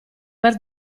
per